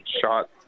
shot